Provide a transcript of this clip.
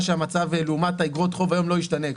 שהמצב לעומת אגרות החוב היום לא ישתנה.